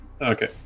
Okay